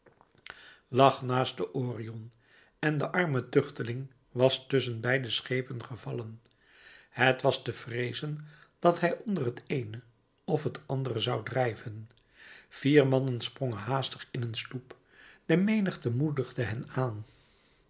lag naast de orion en de arme tuchteling was tusschen beide schepen gevallen het was te vreezen dat hij onder het eene of het andere zou drijven vier mannen sprongen haastig in een sloep de menigte moedigde hen aan